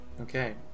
Okay